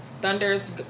Thunder's